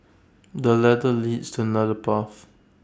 the ladder leads to another path